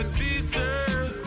sisters